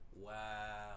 Wow